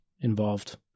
involved